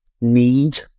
need